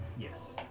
Yes